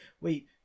wait